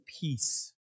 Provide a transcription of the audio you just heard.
peace